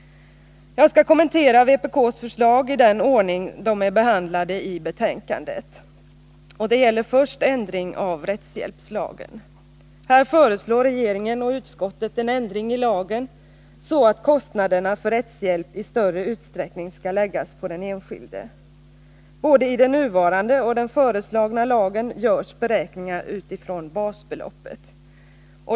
Jag skall kommentera vpk:s förslag i den ordning de är behandlade i betänkandet. Det gäller först ändring av rättshjälpslagen. Här föreslår regeringen och utskottet en ändring i lagen så att kostnaderna för rättshjälp i större utsträckning skall läggas på den enskilde. Både i den nuvarande och i den föreslagna lagen görs beräkningarna utifrån basbeloppet.